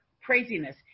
craziness